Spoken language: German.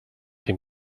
dem